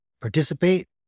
participate